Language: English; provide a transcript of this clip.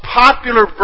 popular